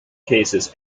cases